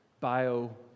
bio